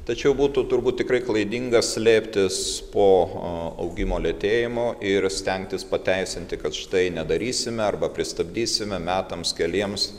tačiau būtų turbūt tikrai klaidinga slėptis po a augimo lėtėjimo ir stengtis pateisinti kad štai nedarysime arba pristabdysime metams keliems